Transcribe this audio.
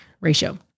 ratio